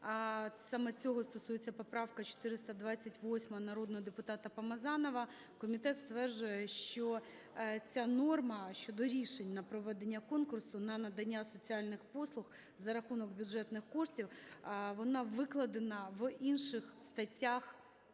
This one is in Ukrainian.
Саме цього стосується поправка 428 народного депутата Помазанова. Комітет стверджує, що ця норма щодо рішень на проведення конкурсу на надання соціальних послуг за рахунок бюджетних коштів, вона викладена в інших статтях